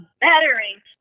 bettering